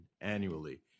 annually